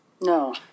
No